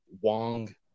Wong